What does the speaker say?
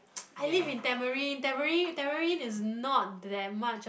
I live in Tamarind Tamarind Tamarind is not that much